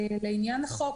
לעניין החוק,